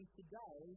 today